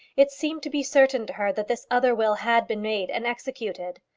it seemed to be certain to her that this other will had been made and executed.